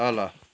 तल